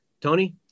Tony